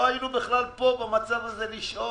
לא היינו בכלל פה במצב הזה לשאול.